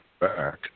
back